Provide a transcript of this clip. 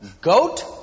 Goat